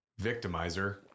victimizer